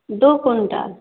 दू क्विंटल